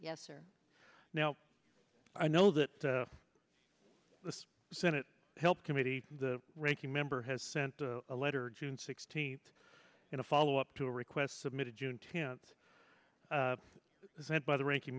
yes or now i know that the senate health committee the ranking member has sent a letter june sixteenth in a follow up to a request submitted june tints sent by the ranking